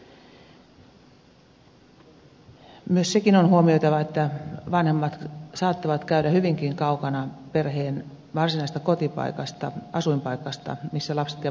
myös sekin on huomioitava että vanhemmat saattavat käydä töissä hyvinkin kaukana perheen varsinaisesta kotipaikasta asuinpaikasta missä lapset käyvät koulua